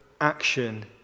action